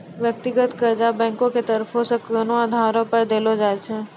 व्यक्तिगत कर्जा बैंको के तरफो से कोनो आधारो पे देलो जाय छै